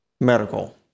medical